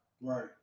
Right